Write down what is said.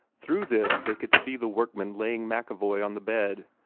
through this they could see the workmen laying macevoy on the bed,